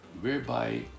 whereby